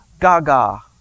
gaga